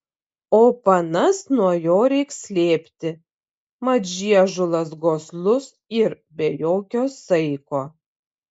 o panas nuo jo reik slėpti mat žiežulas goslus yr be jokio saiko